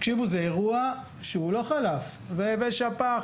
זה אירוע שלא חלף שפ"ח